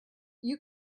you